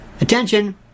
Attention